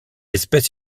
espèce